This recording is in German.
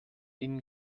ihnen